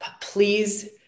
Please